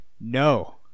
No